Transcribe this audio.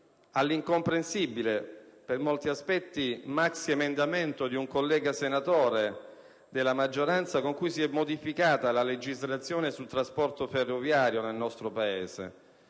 all'incomprensibile, per molti aspetti, maxiemendamento di un collega senatore della maggioranza con cui si è modificata la legislazione sul trasporto ferroviario nel nostro Paese,